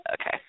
Okay